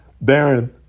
Baron